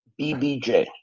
BBJ